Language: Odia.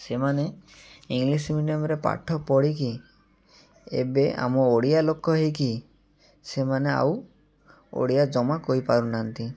ସେମାନେ ଇଂଲିଶ୍ ମିଡ଼ିୟମ୍ରେ ପାଠ ପଢ଼ିକି ଏବେ ଆମ ଓଡ଼ିଆ ଲୋକ ହେଇକି ସେମାନେ ଆଉ ଓଡ଼ିଆ ଜମା କହିପାରୁନାହାନ୍ତି